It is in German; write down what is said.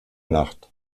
nacht